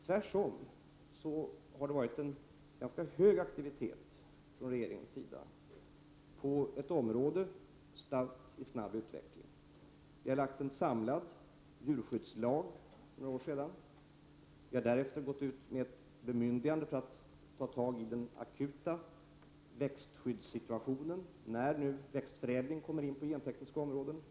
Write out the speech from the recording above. Tvärtom har det varit en ganska hög aktivitet från regeringens sida på ett område statt i snabb utveckling. Vi fick för några år sedan en samlad djurskyddslag. Vi har därefter gått ut med ett bemyndigande för att ta tag i den akuta växtskyddssituationen när nu växtförädling kommer in på det gentekniska området.